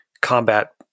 combat